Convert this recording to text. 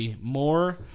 more